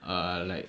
err like